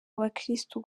abakirisitu